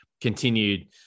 continued